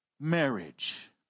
marriage